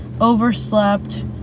overslept